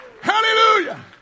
Hallelujah